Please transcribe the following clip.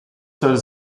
zouden